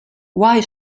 why